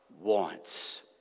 wants